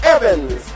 Evans